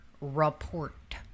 report